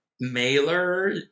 Mailer